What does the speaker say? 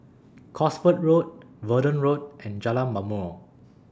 Cosford Road Verdun Road and Jalan Ma'mor